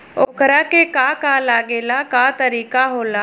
ओकरा के का का लागे ला का तरीका होला?